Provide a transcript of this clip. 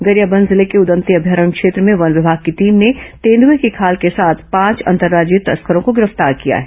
गरियाबंद जिले के उदन्ती अभयारण्य क्षेत्र में वन विभाग की टीम ने तेंदुए की खाल के साथ पांच अंतर्राज्यीय तस्करों को गिरफ्तार किया है